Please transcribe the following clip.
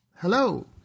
Hello